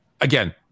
Again